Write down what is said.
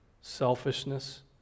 Selfishness